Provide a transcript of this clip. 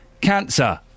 cancer